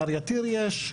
בהר יתיר יש,